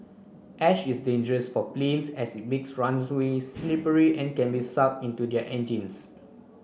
ash is dangerous for planes as it makes slippery and can be sucked into their engines